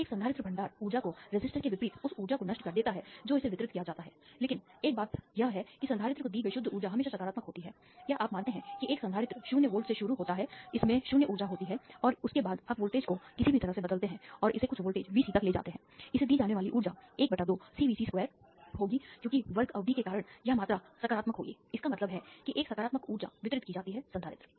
तो एक संधारित्र भंडार ऊर्जा को रेसिस्टर के विपरीत उस ऊर्जा को नष्ट कर देता है जो इसे वितरित किया जाता है लेकिन 1 बात यह है कि संधारित्र को दी गई शुद्ध ऊर्जा हमेशा सकारात्मक होती है क्या आप मानते हैं कि एक संधारित्र 0 वोल्ट से शुरू होता है इसमें 0 ऊर्जा होती है और उसके बाद आप वोल्टेज को किसी भी तरह से बदलते हैं और इसे कुछ वोल्टेज Vc तक ले जाते हैं इसे दी जाने वाली ऊर्जा ½CVc2 होगी क्योंकि वर्ग अवधि के कारण यह मात्रा सकारात्मक होगी इसका मतलब है कि एक सकारात्मक ऊर्जा वितरित की जाती है संधारित्र